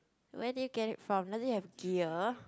where did you get it from does it have gear